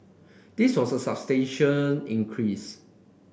this was a substantial increase